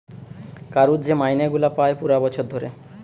কারুর যে মাইনে গুলা পায় পুরা বছর ধরে